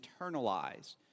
internalized